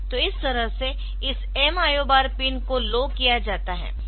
तो इस तरह से इस M IO बार पिन को लो किया जाता है